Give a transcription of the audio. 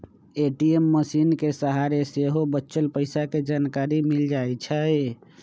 ATM मशीनके सहारे सेहो बच्चल पइसा के जानकारी मिल जाइ छइ